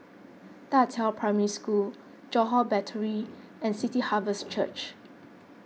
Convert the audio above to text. Da Qiao Primary School Johore Battery and City Harvest Church